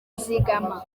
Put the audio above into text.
zigama